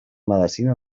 medecina